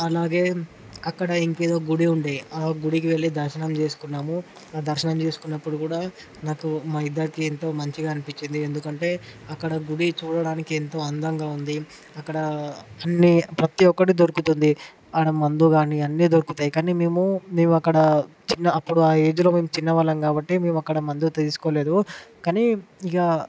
అలాగే అక్కడ ఇంకేదో గుడి ఉండే ఆ గుడికి వెళ్ళి దర్శనం చేసుకున్నాము దర్శనం చేసుకున్నప్పుడు కూడా నాకు మా ఇద్దరికీ ఎంతో మంచిగా అనిపించింది ఎందుకంటే అక్కడ గుడి చూడడానికి ఎంతో అందంగా ఉంది అక్కడ అన్ని ప్రతి ఒక్కటి దొరుకుతుంది అక్కడ మందు కానీ అన్ని దొరుకుతాయి కానీ మేము మేము అక్కడ చిన్న అప్పుడు ఆ ఏజ్లో మేము చిన్నవాళ్ళం కాబట్టి మేము ఒక్కడి ముందు తీసుకోలేదు కానీ ఇంకా